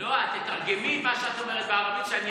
לא, את תתרגמי את מה שאת אומרת בערבית, שאני אבין.